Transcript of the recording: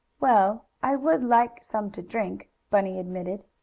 well, i would like some to drink, bunny admitted,